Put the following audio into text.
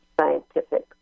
scientific